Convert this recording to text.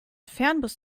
fernbus